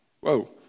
Whoa